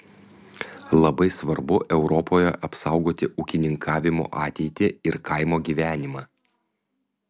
labai svarbu europoje apsaugoti ūkininkavimo ateitį ir kaimo gyvenimą